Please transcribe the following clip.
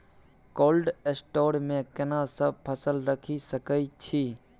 Cold store मे केना सब फसल रखि सकय छी?